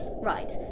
Right